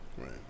Right